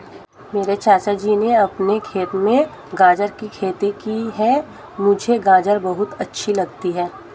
मेरे चाचा जी ने अपने खेत में गाजर की खेती की है मुझे गाजर बहुत अच्छी लगती है